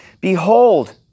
Behold